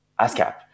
ASCAP